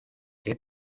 qué